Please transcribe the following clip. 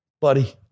buddy